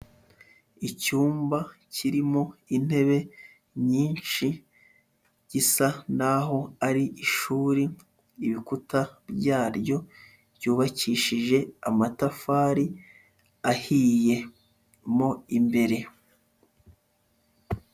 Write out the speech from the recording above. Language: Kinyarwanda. Icyumba kirimo intebe nyinshi, gisa naho ari ishuri, ibikuta byaryo byubakishije amatafari ahiye mo imbere.